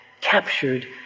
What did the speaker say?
captured